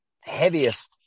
heaviest